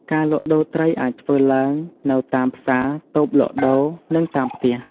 ការលក់ដូរត្រីអាចធ្វើឡើងនៅតាម ផ្សារ តូបលក់ដូរ និង តាមផ្ទះ។